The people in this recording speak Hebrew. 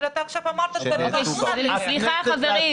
אבל אתה עכשיו אמרת ש --- סליחה, חברים.